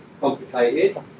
complicated